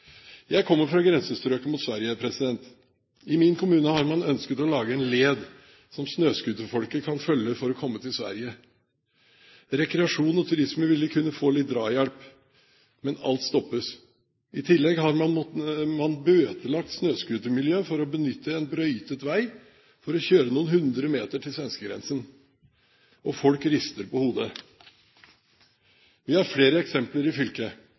Jeg kommer fra grensestrøkene mot Sverige. I min kommune har man ønsket å lage en led som snøscooterfolket kan følge for å komme til Sverige. Rekreasjon og turisme ville kunne få litt drahjelp. Men alt stoppes. I tillegg har man bøtelagt snøscootermiljøet for å benytte en brøytet vei for å kjøre noen hundre meter til svenskegrensen. Folk rister på hodet. Vi har flere eksempler i fylket.